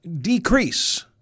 decrease